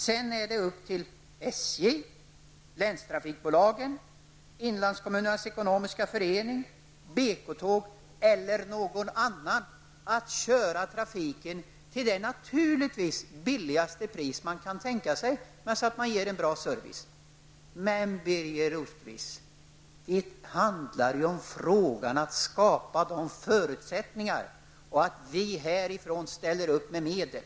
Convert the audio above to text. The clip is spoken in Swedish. Sedan är det upp till SJ, länstrafikbolagen, tåg eller någon annan att köra trafiken, och naturligtvis skall det ske till lägsta möjliga kostnad under förutsättning att man ger en bra service. Men, Birger Rosqvist, det handlar om att skapa förutsättningar och om att vi här ställer upp med medel.